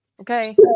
Okay